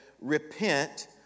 repent